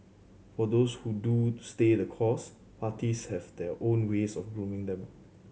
for those who do stay the course parties have their own ways of grooming them